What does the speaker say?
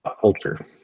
culture